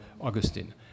Augustine